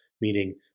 Meaning